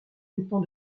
dépend